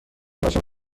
ماشین